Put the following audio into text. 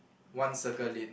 one circle in